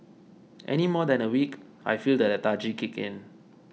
any more than a week I feel the lethargy kick in